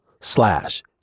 slash